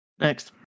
Next